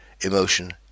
Emotion